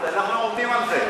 אנחנו עובדים על זה.